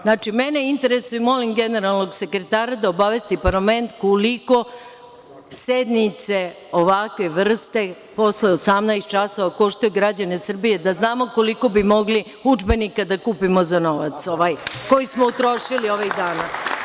Znači, mene interesuje, molim generalnog sekretara da obavesti parlament koliko sednice ovakve vrste posle 18 časova koštaju građane Srbije, da znamo koliko bi mogli udžbenika mogli da kupimo za novac koji smo utrošili ovih dana.